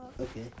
Okay